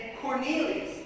Cornelius